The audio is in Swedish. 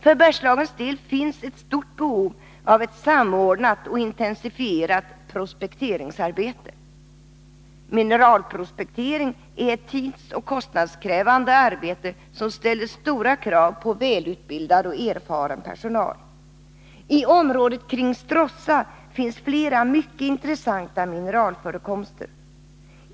För Bergslagens del finns ett stort behov av ett samordnat och intensifierat prospekteringsarbete. Mineralprospektering är ett tidsoch kostnadskrävande arbete som ställer stora krav på välutbildad och erfaren personal. I området kring Stråssa finns flera mycket intressanta mineralförekomster.